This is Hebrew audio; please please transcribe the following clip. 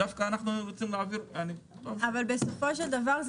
אנחנו דווקא רוצים להעביר --- בסופו של דבר,